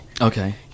Okay